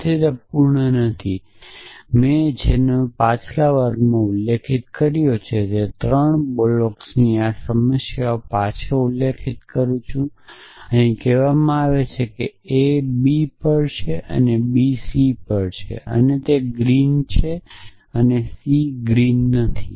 તેથીતે પૂર્ણ નથી મે જેનો પાછલા વર્ગમાં ઉલ્લેખ કર્યો છે તે 3 બ્લોક્સની આ સમસ્યાનો પાછો ઉલ્લેખ કરું છું અહી કહેવામાં આવે છે કે એ b પર છે અને b c પર છે અને ગ્રીન છે અને c ગ્રીન નથી